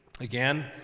again